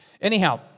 Anyhow